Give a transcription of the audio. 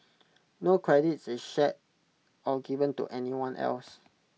no credit is shared or given to anyone else